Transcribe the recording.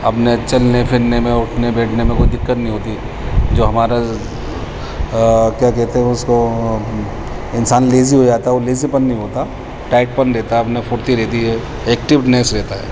اپنے چلنے پھرنے میں اٹھنے بیٹھنے میں کوئی دقت نہیں ہوتی ہے جو ہمارا کیا کہتے ہیں اس کو انسان لیزی ہو جاتا ہے وہ لیزی پن نہیں ہوتا ٹائٹ پن رہتا ہے اپنا پھرتی رہتی ہے ایکٹیونیس رہتا ہے